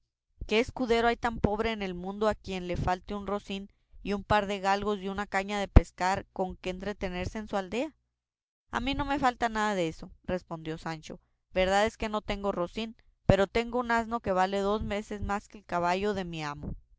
qué escudero hay tan pobre en el mundo a quien le falte un rocín y un par de galgos y una caña de pescar con que entretenerse en su aldea a mí no me falta nada deso respondió sancho verdad es que no tengo rocín pero tengo un asno que vale dos veces más que el caballo de mi amo